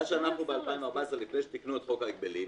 מה שאנחנו ב-2014 לפני שתיקנו את חוק ההגבלים,